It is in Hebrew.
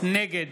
נגד